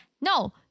No